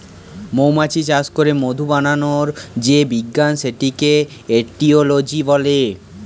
মৌমাছি চাষ করে মধু বানানোর যে বিজ্ঞান সেটাকে এটিওলজি বলে